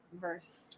verse